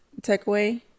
takeaway